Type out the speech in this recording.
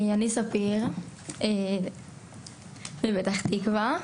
אני מפתח תקווה.